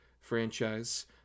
franchise